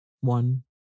one